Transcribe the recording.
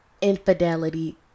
infidelity